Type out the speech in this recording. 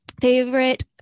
Favorite